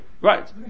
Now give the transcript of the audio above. Right